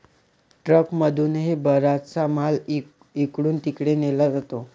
ट्रकमधूनही बराचसा माल इकडून तिकडे नेला जातो